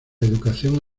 educación